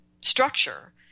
structure